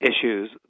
issues